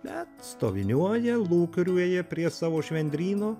bet stoviniuoja lūkuriuoja prie savo švendryno